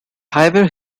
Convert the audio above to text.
highway